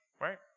right